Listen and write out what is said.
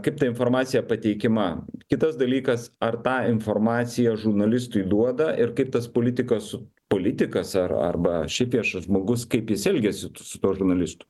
kaip ta informacija pateikiama kitas dalykas ar tą informaciją žurnalistui duoda ir kaip tas politikas su politikas ar arba šiaip viešas žmogus kaip jis elgiasi su tuo žurnalistu